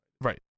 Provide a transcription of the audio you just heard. right